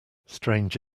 strange